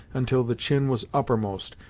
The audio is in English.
until the chin was uppermost,